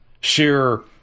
sheer